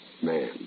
Man